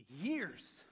years